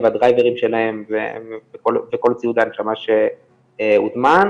והדרייברים שלהם וכל ציוד ההנשמה שהוזמן,